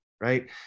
right